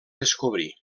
descobrí